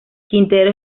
quintero